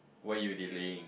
why you delaying